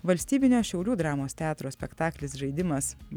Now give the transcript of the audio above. valstybinio šiaulių dramos teatro spektaklis žaidimas